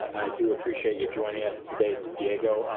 i do appreciate you joining us today, diego.